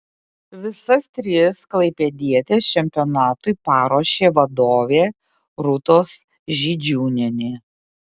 visas tris klaipėdietės čempionatui paruošė vadovė rūtos židžiūnienė